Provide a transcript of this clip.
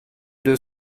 deux